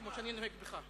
כמו שאני נוהג בך.